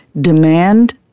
Demand